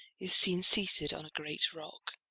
is seen seated on a great rock.